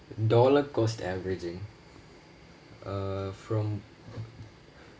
dollar cost averaging uh from